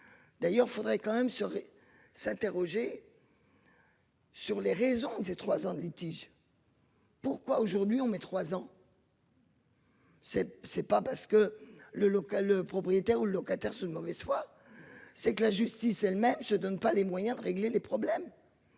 D'ailleurs faudrait quand même se. S'interroger. Sur les raisons de ces trois en litige. Pourquoi aujourd'hui on met trois ans. C'est c'est pas parce que le local, le propriétaire ou locataire sont de mauvaise foi. C'est que la justice elle-même se donne pas les moyens de régler les problèmes.